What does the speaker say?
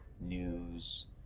News